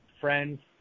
friends